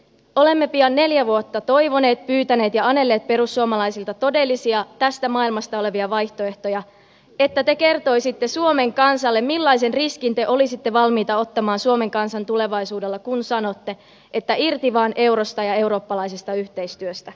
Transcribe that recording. olemme pian neljä vuotta toivoneet pyytäneet ja anelleet perussuomalaisilta todellisia tästä maailmasta olevia vaihtoehtoja että te kertoisitte suomen kansalle millaisen riskin te olisitte valmiita ottamaan suomen kansan tulevaisuudella kun sanotte että irti vain eurosta ja eurooppalaisesta yhteistyöstä